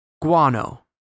guano